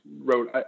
wrote